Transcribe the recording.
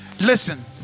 Listen